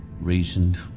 reasoned